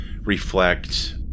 reflect